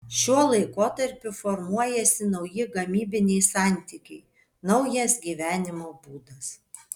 šiuo laikotarpiu formuojasi nauji gamybiniai santykiai naujas gyvenimo būdas